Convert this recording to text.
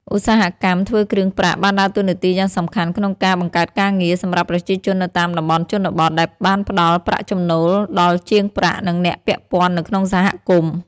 ឧស្សាហកម្មធ្វើគ្រឿងប្រាក់បានដើរតួនាទីយ៉ាងសំខាន់ក្នុងការ បង្កើតការងារ សម្រាប់ប្រជាជននៅតាមតំបន់ជនបទ ដែលបានផ្តល់ប្រាក់ចំណូលដល់ជាងប្រាក់ និងអ្នកពាក់ព័ន្ធនៅក្នុងសហគមន៍។